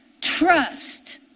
Trust